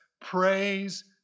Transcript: Praise